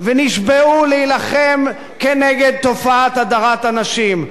ונשבעו להילחם כנגד תופעת הדרת הנשים.